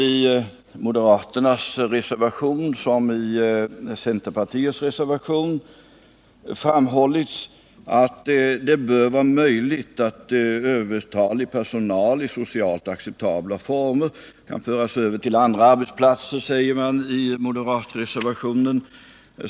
I moderaternas reservation framhålls att det bör vara möjligt att ”övertalig personal i socialt acceptabla former kan föras över till andra arbetsplatser”.